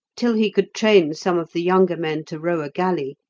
till he could train some of the younger men to row a galley,